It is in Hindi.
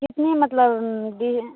कितने मतलब दिए हैं